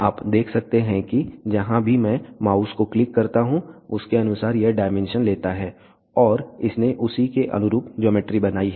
आप देख सकते हैं कि जहां भी मैं माउस को क्लिक करता हूं उसके अनुसार यह डायमेंशन लेता है और इसने उसी के अनुरूप ज्योमेट्री बनाई है